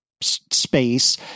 space